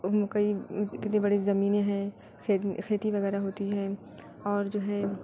اور ان کی اتنی بڑی زمینیں ہیں کھیتی وغیرہ ہوتی ہے اور جو ہے